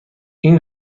این